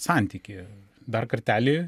santykį dar kartelį